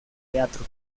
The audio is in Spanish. teatro